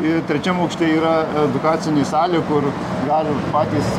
ir trečiam aukšte yra edukacinė salė kur gali patys